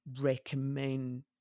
recommend